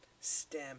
stem